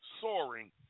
soaring